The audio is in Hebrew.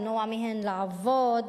למנוע מהן לעבוד,